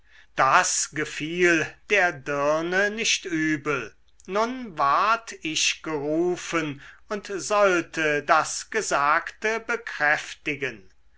das gefiel der dirne nicht übel nun ward ich gerufen und sollte das gesagte bekräftigen